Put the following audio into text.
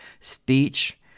speech